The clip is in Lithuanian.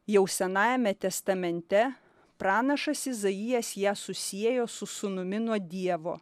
jau senajame testamente pranašas izaijas ją susiejo su sūnumi nuo dievo